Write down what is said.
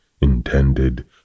intended